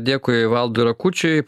dėkui valdui rakučiui